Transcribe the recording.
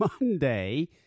Monday